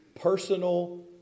personal